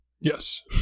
Yes